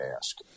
ask